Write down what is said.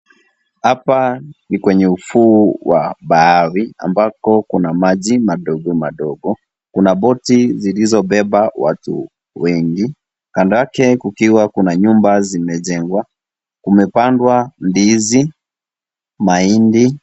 Hapa ni kwenye ufuo wa bahari ambapo kuna maji madogo madogo. Kuna boti zilizobeba watu wengi; kando yake kukiwa kuna nyumba zimejengwa. Kumepandwa ndizi, mahindi.